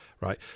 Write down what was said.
right